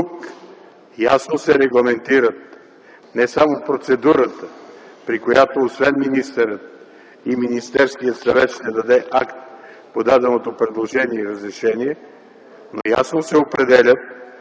Тук ясно се регламентира не само процедурата, при която освен министъра и Министерският съвет ще даде акт по даденото предложение за разрешение, но ясно се определят